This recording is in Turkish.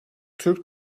türk